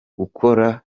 gukora